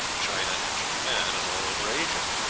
china, and japan, and all over asia?